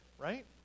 right